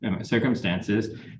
circumstances